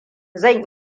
zan